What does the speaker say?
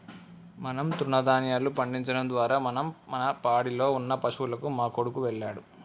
మనం తృణదాన్యాలు పండించడం ద్వారా మనం మన పాడిలో ఉన్న పశువులకు మా కొడుకు వెళ్ళాడు